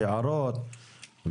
היערות.